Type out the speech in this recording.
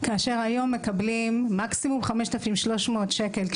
היום קשישים מקבלים מקסימום של 5,300 ₪.